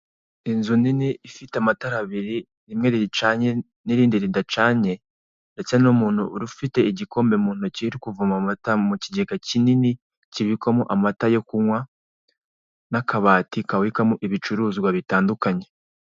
Inzu nini ifite amatara abiri, rimwe ricanye n'irindi ridacanye ndetse n'umuntu ufite igikombe mu ntoki uri kuvoma amata mu kigega kinini kibikwamo amata yo kunywa n'akabati kabikwamo ibicuruzwa bitandukanye.